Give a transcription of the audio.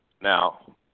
now